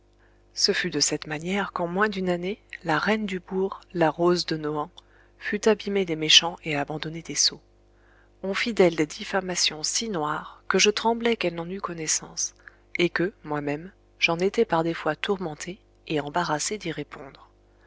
ce fut de cette manière qu'en moins d'une année la reine du bourg la rose de nohant fut abîmée des méchants et abandonnée des sots on fit d'elle des diffamations si noires que je tremblais qu'elle n'en eût connaissance et que moi-même j'en étais par des fois tourmenté et embarrassé d'y répondre